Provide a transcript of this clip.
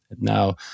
now